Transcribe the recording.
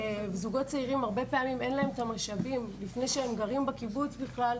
זוגות צעירים הרבה פעמים אין להם את המשאבים לפני שהם גרים בקיבוץ בכלל,